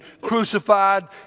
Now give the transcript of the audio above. crucified